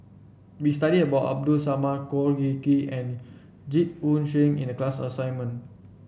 we studied about Abdul Samad Khor Ean Ghee and Jit Koon Ch'ng in the class assignment